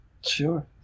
Sure